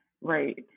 right